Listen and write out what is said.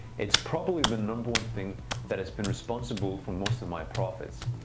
it's probably the number one thing that has been responsible for most of my profits.